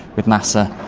with nasa,